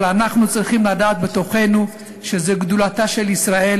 אבל אנחנו צריכים לדעת בתוכנו שזו גדולתה של ישראל,